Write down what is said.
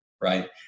Right